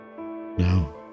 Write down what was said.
Now